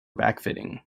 backfitting